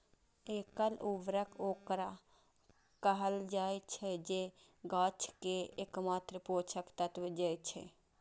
एकल उर्वरक ओकरा कहल जाइ छै, जे गाछ कें एकमात्र पोषक तत्व दै छै